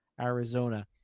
Arizona